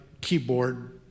keyboard